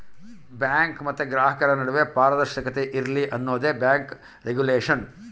bank ಮತ್ತೆ ಗ್ರಾಹಕರ ನಡುವೆ ಪಾರದರ್ಶಕತೆ ಇರ್ಲಿ ಅನ್ನೋದೇ ಬ್ಯಾಂಕ್ ರಿಗುಲೇಷನ್